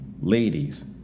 ladies